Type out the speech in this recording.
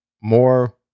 more